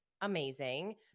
amazing